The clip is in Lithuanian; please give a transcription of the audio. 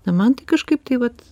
na man tai kažkaip tai vat